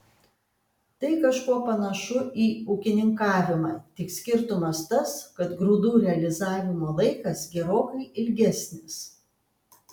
tai kažkuo panašu į ūkininkavimą tik skirtumas tas kad grūdų realizavimo laikas gerokai ilgesnis